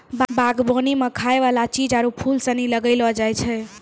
बागवानी मे खाय वाला चीज आरु फूल सनी लगैलो जाय छै